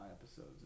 episodes